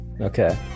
Okay